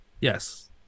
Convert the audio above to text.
Yes